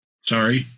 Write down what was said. sorry